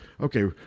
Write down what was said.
Okay